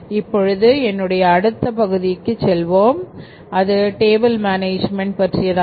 இப்பொழுது என்னுடைய அடுத்த பகுதிக்குச் செல்வோம் அதுபோயபில்ஸ் மேனேஜ்மென்ட் பற்றியதாகும்